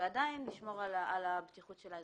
ועדיין לשמור על הבטיחות של האזרחים.